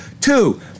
Two